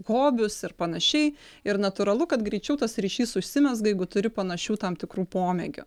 hobius ir panašiai ir natūralu kad greičiau tas ryšys užsimezga jeigu turi panašių tam tikrų pomėgių